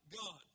gone